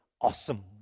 awesome